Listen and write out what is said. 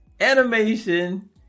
animation